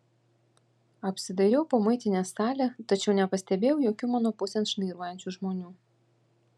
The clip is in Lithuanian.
apsidairiau po muitinės salę tačiau nepastebėjau jokių mano pusėn šnairuojančių žmonių